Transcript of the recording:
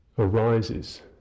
arises